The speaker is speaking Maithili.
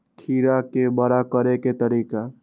खीरा के बड़ा करे के तरीका?